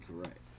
correct